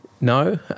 no